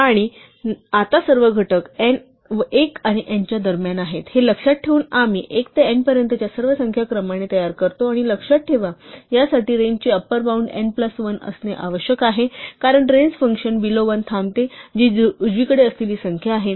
आणि आता सर्व घटक 1 आणि n च्या दरम्यान आहेत हे लक्षात ठेवून आम्ही 1 ते n पर्यंतच्या सर्व संख्या क्रमाने तयार करतो आणि लक्षात ठेवा यासाठी रेंजची अप्पर बॉउंड n प्लस 1 असणे आवश्यक आहे कारण रेंज फंक्शन बिलो 1 थांबते जी उजवीकडे असलेली संख्या आहे